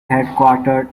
headquartered